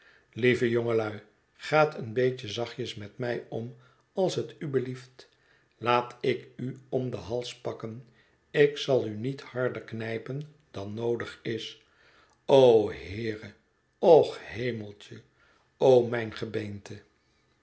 lieve jongelui gaat een beetje zachtjes met mij om als het u belieft laat ik u om den hals pakken ik zal u niet harder knijpen dan noodig is o heere och hemeltje o mijn gebeente